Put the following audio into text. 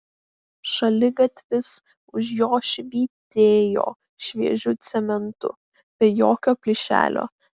šaligatvis už jo švytėjo šviežiu cementu be jokio plyšelio